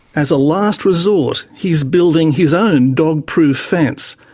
as a last resort he's building his own dog-proof fence,